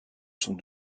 sont